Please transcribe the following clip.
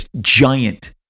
giant